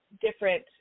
different